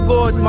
Lord